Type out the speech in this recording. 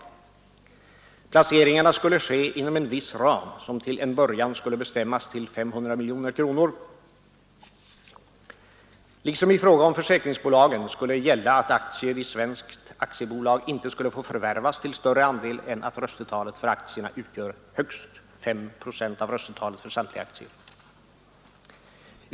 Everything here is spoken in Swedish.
Placeringarna skulle ske inom en viss ram som till en början skulle bestämmas till 500 miljoner kronor. Liksom i fråga om försäkringsbolagen skulle gälla att aktier i svenskt aktiebolag inte skulle få förvärvas till större antal än att röstetalet för aktierna utgör högst fem procent av röstetalet för samtliga aktier.